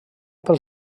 pel